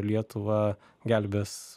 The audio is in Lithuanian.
lietuvą gelbės